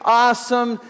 awesome